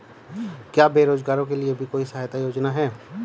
क्या बेरोजगारों के लिए भी कोई सहायता योजना है?